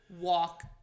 walk